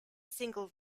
single